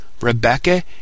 Rebecca